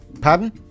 Pardon